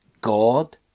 God